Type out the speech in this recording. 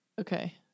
Okay